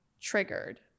triggered